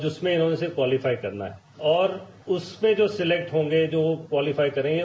जिसमें उन्हें क्वालीफाई करना है और उसमें जो सलेक्ट होंगे वो क्वालीफाई करेंगे